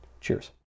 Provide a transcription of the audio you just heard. Cheers